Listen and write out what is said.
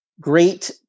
great